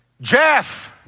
Jeff